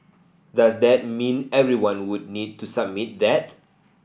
does that mean everyone would need to submit that